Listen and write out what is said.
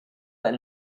and